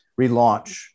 relaunch